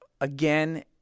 again